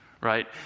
right